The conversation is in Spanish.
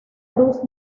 luz